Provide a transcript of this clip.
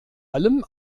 allem